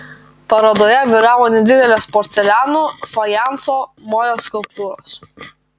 parodoje vyravo nedidelės porceliano fajanso molio skulptūros